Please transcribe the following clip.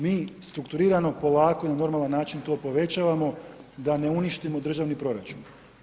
Mi strukturirano polako, na normalan način to povećavamo, da ne uništimo državni proračun.